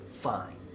Fine